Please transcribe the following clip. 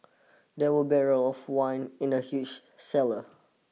there were barrels of wine in the huge cellar